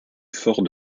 fort